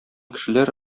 кешеләр